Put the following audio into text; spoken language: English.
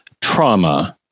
trauma